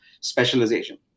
specialization